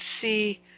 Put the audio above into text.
see